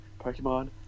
Pokemon